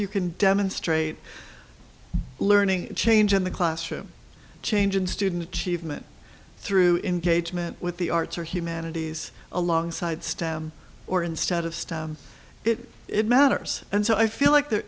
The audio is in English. you can demonstrate learning change in the classroom change in student achievement through engagement with the arts or humanities alongside stem or instead of stuff it matters and so i feel like there